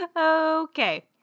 Okay